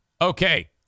Okay